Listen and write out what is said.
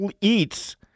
Eats